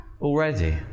already